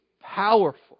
powerful